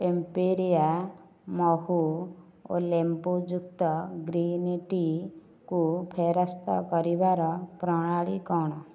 ଏମ୍ପିରିଆ ମହୁ ଓ ଲେମ୍ବୁ ଯୁକ୍ତ ଗ୍ରୀନ୍ ଟିକୁ ଫେରସ୍ତ କରିବାର ପ୍ରଣାଳୀ କ'ଣ